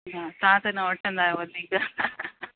ह तव्हां त न वठंदा आहियो वधीक